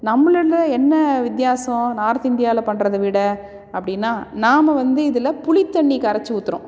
நம்மள்ள என்ன வித்தியாசம் நார்த் இந்தியாவில் பண்ணுறத விட அப்படின்னா நாம வந்து இதில் புளித்தண்ணி கரைச்சி ஊற்றுறோம்